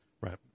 Right